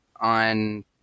on